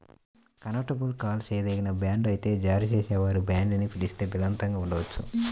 convertible call చేయదగిన bond అయితే జారీ చేసేవారు బాండ్ని పిలిస్తే బలవంతంగా ఉండవచ్చు